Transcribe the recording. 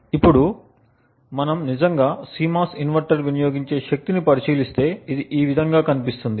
ఇప్పుడు మనం నిజంగా CMOS ఇన్వర్టర్ వినియోగించే శక్తిని పరిశీలిస్తే ఇది ఈ విధంగా కనిపిస్తుంది